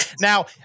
Now